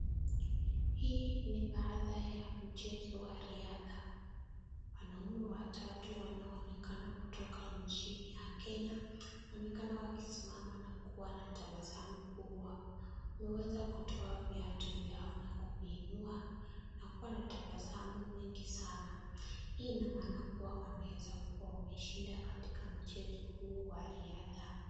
Hii ni baadhi ya mchezo wa riadha. Wanaume watatu wanaonekana kutoka nchi ya Kenya. Wanaonekana wakisimama na kuwa na tabasamu kubwa. Wameweza kutoa viatu vyao na kuviinua na kuwa na tabasamu mwingi sana. Hii ina maana kuwa wanaweza kuwa wameshinda katika mchezo huu wa riadha.